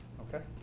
okay,